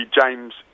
James